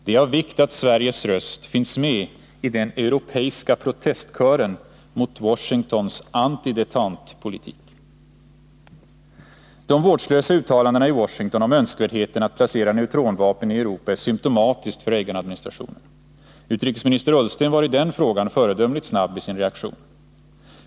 Det är av vikt att Sveriges röst finns med i den europeiska protestkören mot Washingtons antidétentepolitik. De vårdslösa uttalandena i Washington om önskvärdheten av att placera neutronvapen i Europa är symtomatiska för Reaganadministrationen. Utrikesminister Ullsten var i den frågan föredömligt snabb i sin reaktion.